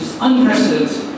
unprecedented